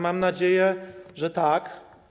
Mam nadzieję, że tak.